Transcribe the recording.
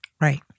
Right